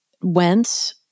went